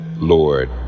Lord